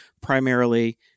primarily